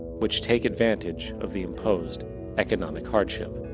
which take advantage of the imposed economic hardship.